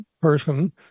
person